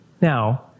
Now